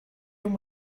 done